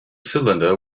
cylinder